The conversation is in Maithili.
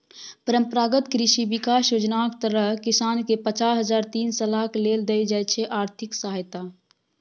परंपरागत कृषि बिकास योजनाक तहत किसानकेँ पचास हजार तीन सालक लेल देल जाइ छै आर्थिक सहायता